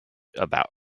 about